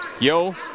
Yo